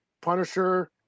Punisher